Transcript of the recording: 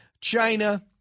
China